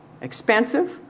expensive